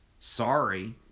sorry